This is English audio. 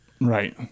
Right